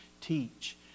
teach